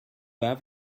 have